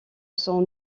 son